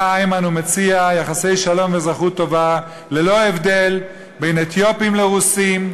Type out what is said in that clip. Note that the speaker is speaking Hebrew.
בא איימן ומציע יחסי שלום ואזרחות טובה ללא הבדל בין אתיופים לרוסים,